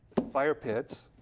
fire pits,